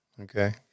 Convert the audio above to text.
Okay